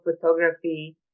photography